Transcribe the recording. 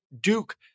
Duke